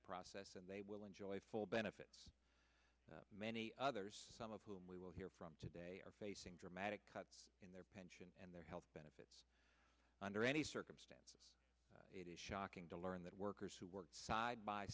process and they will enjoy full benefits many others some of whom we will hear from today are facing dramatic cuts in their pension and their health benefits under any circumstance it is shocking to learn that workers who work side by